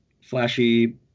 flashy